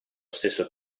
stesso